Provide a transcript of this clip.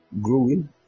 growing